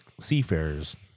seafarers